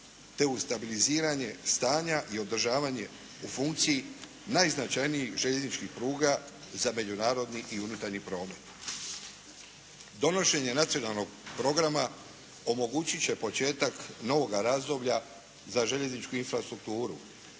te u stabiliziranje stanja i održavanja u funkciji najznačajnijih željezničkih pruga za međunarodni i unutarnji promet. Donošenje nacionalnog programa omogućit će početak novoga razdoblja za željezničku infrastrukturu